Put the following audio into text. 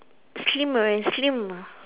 slimmer and slimmer